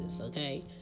okay